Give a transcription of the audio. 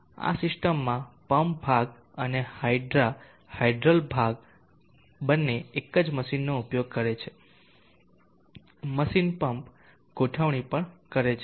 આ સિસ્ટમમાં પમ્પડ ભાગ અને હાઇડ્રા હાઇડલ ભાગ બંને એક જ મશીનનો ઉપયોગ કરે છે મશીન પંપ ગોઠવણી પણ કરે છે